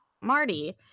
marty